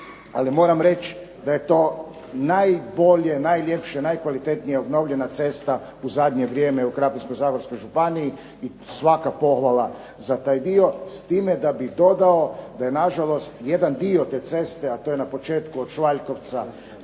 Ali, moram reći da je to najbolje, najljepše, najkvalitetnije obnovljena cesta u zadnje vrijeme u Krapinsko-zagorskoj županiji i svaka pohvala za taj dio. S time da bih dodao da je nažalost jedan dio te ceste, a to je na početku od Švaljkovca